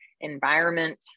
environment